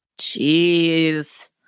Jeez